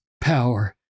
power